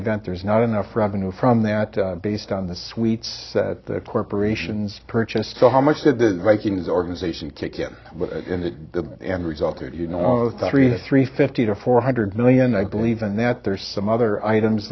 event there's not enough revenue from that based on the sweets the corporations purchased so how much did the vikings organization kick him in the end result you know three three fifty to four hundred million i believe and then there are some other items